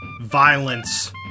violence